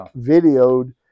videoed